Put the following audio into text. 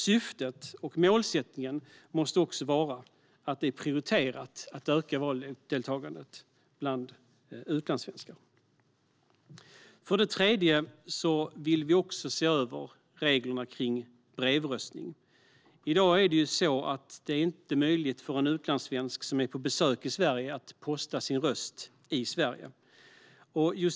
Syftet och målsättningen måste vara att det är prioriterat att öka valdeltagandet bland utlandssvenskar. För det tredje vill vi se över reglerna för brevröstning. I dag är det inte möjligt för en utlandssvensk som är på besök i Sverige att posta sin röst här.